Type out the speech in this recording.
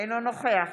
אינו נוכח